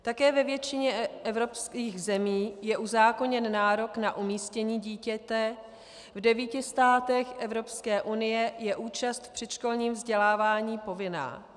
Také ve většině evropských zemí je uzákoněn nárok na umístění dítěte, v devíti státech Evropské unie je účast v předškolním vzdělávání povinná.